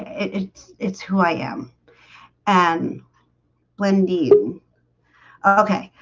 it's it's who i am and wendy okay.